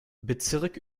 bezirk